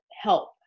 help